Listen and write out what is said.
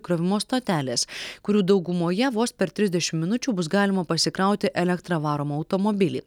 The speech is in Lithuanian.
įkrovimo stotelės kurių daugumoje vos per trisdešim minučių bus galima pasikrauti elektra varomą automobilį